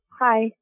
hi